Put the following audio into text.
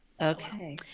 Okay